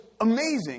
amazing